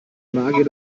magier